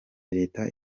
leta